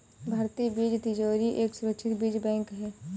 भारतीय बीज तिजोरी एक सुरक्षित बीज बैंक है